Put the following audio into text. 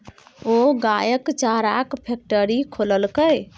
ओ गायक चाराक फैकटरी खोललकै